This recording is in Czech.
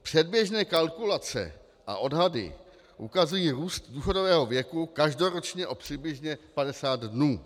Předběžné kalkulace a odhady ukazují růst důchodového věku každoročně o přibližně 50 dnů.